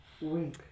Wink